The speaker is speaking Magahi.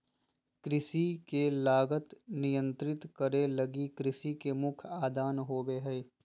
कृषि के लागत नियंत्रित करे लगी कृषि के मुख्य आदान होबो हइ